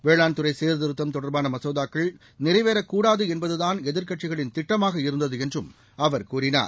வேளாண் துறை சீர்திருத்தம் தொடர்பான மசோதாக்கள் நிறைவேறக் கூடாது என்பதுதான் எதிர்க்கட்சிகளின் திட்டமாக இருந்தது என்றும் அவர் கூறினார்